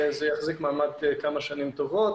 זה יחזיק מעמד כמה שנים טובות.